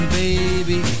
baby